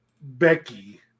Becky